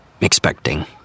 expecting